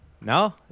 No